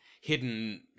hidden